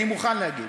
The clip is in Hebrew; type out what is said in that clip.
אני מוכן להגיד.